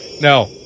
No